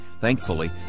Thankfully